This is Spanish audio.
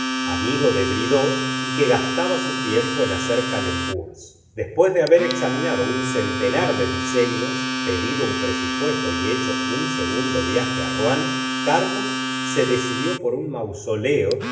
amigo de bridoux y que gastaba su tiempo en hacer calembours después de haber examinado un centenar de di seños pedido un presupuesto y hecho un segundo viaje á rouen carlos se decidió por un mausoleo